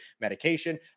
medication